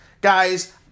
Guys